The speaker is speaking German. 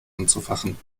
anzufachen